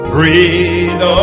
Breathe